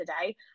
today